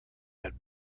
had